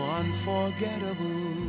unforgettable